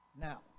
Now